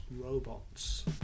Robots